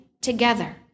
together